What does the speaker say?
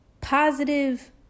positive